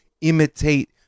imitate